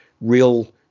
real